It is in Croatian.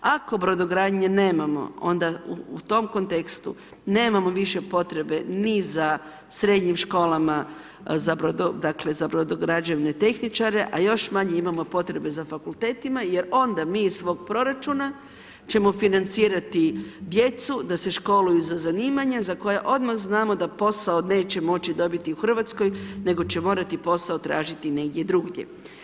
Ako brodogradnje nemamo, onda u tom kontekstu nemamo više potrebe ni za srednjim školama dakle za brodograđevne tehničare a još manje imamo potrebe za fakultetima jer onda mi iz svog proračuna ćemo financirati djecu da se školuju za zanimanja za koja odmah znamo da posao neće moći dobiti u Hrvatskoj nego će morati posao tražiti negdje drugdje.